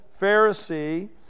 Pharisee